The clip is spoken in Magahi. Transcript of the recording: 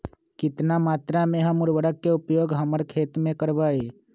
कितना मात्रा में हम उर्वरक के उपयोग हमर खेत में करबई?